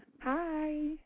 Hi